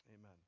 Amen